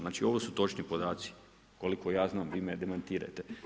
Znači ovo su točni podaci koliko ja znam, vi me demantirajte.